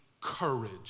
courage